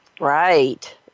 Right